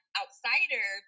outsider